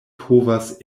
povas